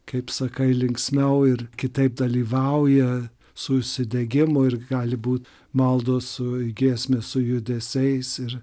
kaip sakai linksmiau ir kitaip dalyvauja su užsidegimu ir gali būt maldos su giesme su judesiais ir